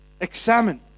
examine